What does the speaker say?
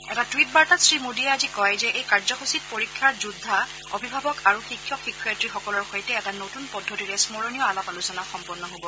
এটা টুইট বাৰ্তাত শ্ৰীমোদীয়ে আজি কয় যে এই কাৰ্যসূচীত পৰীক্ষাৰ যোদ্ধা অভিভাৱক আৰু শিক্ষক শিক্ষয়িত্ৰীসকলৰ সৈতে এটা নতুন পদ্ধতিৰে স্মৰণীয় আলাপ আলোচনা সম্পন্ন হ'ব